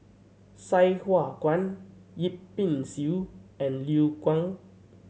Sai Hua Kuan Yip Pin Xiu and Liu Kang